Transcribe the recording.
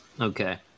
Okay